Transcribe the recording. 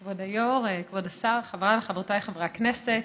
כבוד היו"ר, כבוד השר, חבריי וחברותיי חברי הכנסת,